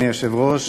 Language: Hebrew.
אדוני היושב-ראש,